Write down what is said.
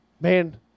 man